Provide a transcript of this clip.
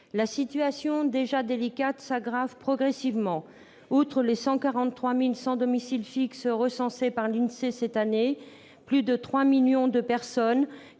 La situation, déjà délicate, s'aggrave progressivement : outre les 143 000 sans domicile fixe recensés par l'INSEE cette année, ce sont plus de 3 millions de personnes